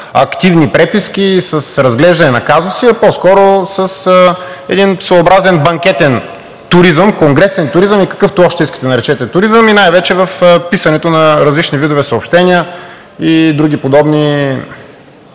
активни преписки, с разглеждане на казуси, а по-скоро с един своеобразен банкетен туризъм, конгресен туризъм – и какъвто още искате наречете туризъм, и най-вече в писането на различни видове съобщения и други подобни